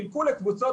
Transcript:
חילקו לקבוצות,